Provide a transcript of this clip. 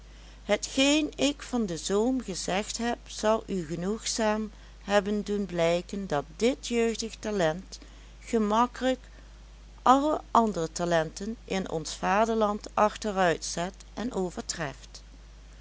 hetgeen ik van de zoom gezegd heb zal u genoegzaam hebben doen blijken dat dit jeugdig talent gemakkelijk alle andere talenten in ons vaderland achteruitzet en overtreft